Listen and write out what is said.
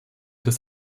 des